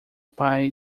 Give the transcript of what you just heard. pai